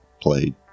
played